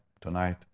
tonight